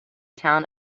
town